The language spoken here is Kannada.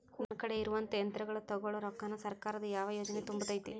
ನನ್ ಕಡೆ ಇರುವಂಥಾ ಯಂತ್ರಗಳ ತೊಗೊಳು ರೊಕ್ಕಾನ್ ಸರ್ಕಾರದ ಯಾವ ಯೋಜನೆ ತುಂಬತೈತಿ?